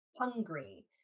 hungry